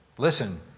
Listen